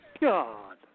God